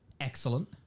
excellent